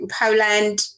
Poland